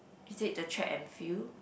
you take the Track and Field